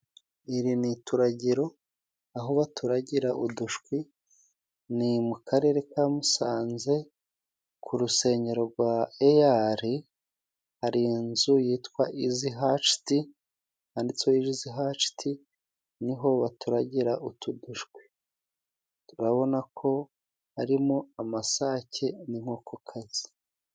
Iri ni ituragiro aho baturagira udushwi. Ni mu Karere ka Musanze ku rusengero rwa Eyari. Hari inzu yitwa Izi hashiti handitsweho Izi hashiti. Ni ho baturagira utu dushwi. Turabona ko harimo amasake n'inkokokazi.